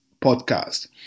podcast